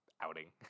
outing